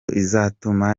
izatuma